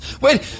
Wait